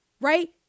Right